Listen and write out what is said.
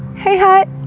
hey hut!